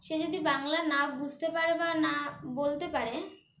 সে যদি বাংলা না বুঝতে পারে বা না বলতে পারে